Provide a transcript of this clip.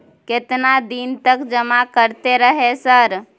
केतना दिन तक जमा करते रहे सर?